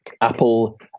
Apple